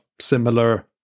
similar